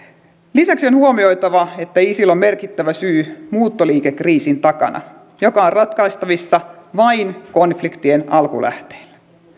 lisäksi on huomioitava että isil on merkittävä syy muuttoliikekriisin takana joka on ratkaistavissa vain konfliktien alkulähteillä